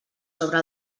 sobre